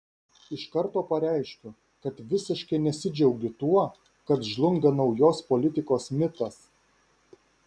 iš karto pareiškiu kad visiškai nesidžiaugiu tuo kad žlunga naujos politikos mitas